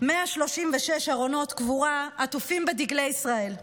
136 ארונות קבורה עטופים בדגלי ישראל,